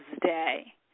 day